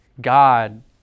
God